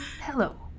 hello